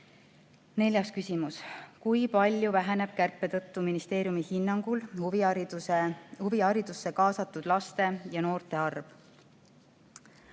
Neljas küsimus: "Kui palju väheneb kärpe tõttu ministeeriumi hinnangul huviharidusse kaasatud laste ja noorte arv?"